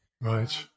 Right